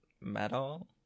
metal